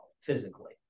physically